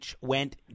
went